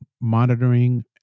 monitoring